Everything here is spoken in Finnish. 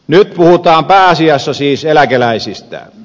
nyt puhutaan pääasiassa siis eläkeläisistä